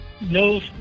no